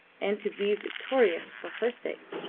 and to be victorious for her sake.